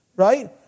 right